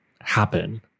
happen